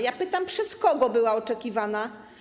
Ja pytam: Przez kogo była oczekiwana?